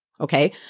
Okay